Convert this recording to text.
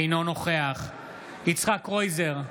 אינו נוכח יצחק קרויזר,